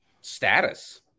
status